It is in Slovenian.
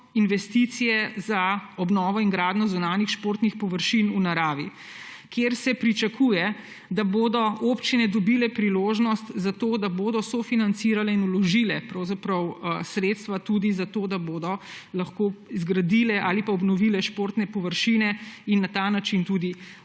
investicije za obnovo in gradnjo zunanjih športnih površin v naravi, kjer se pričakuje, da bodo občine dobile priložnost za to, da bodo sofinancirale in vložile sredstva tudi za to, da bodo lahko zgradile ali obnovile športne površine in na ta način